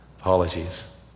Apologies